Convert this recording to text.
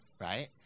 right